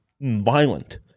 violent